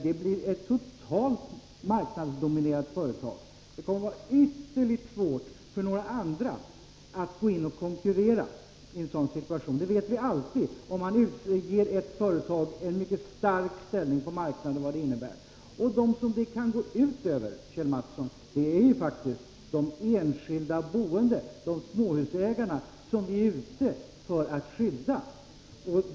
Det blir ett totalt marknadsdominerande företag. Det kommer att bli ytterligt svårt för andra att gå in och konkurrera i en sådan situation. Vi vet alltid vad det innebär, om man ger ett företag en mycket stark ställning på marknaden. Dem som det kan gå ut över, Kjell Mattsson, är faktiskt de enskilda boende, de småhusägare som vi är ute efter att skydda.